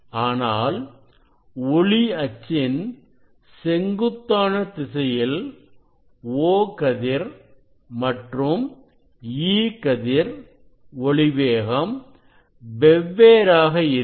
ஆனால் ஒளி அச்சின் செங்குத்தான திசையில் O கதிர் மற்றும் E கதிர் ஒளி வேகம் வெவ்வேறாக இருக்கும்